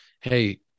hey